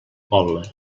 poble